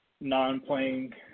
non-playing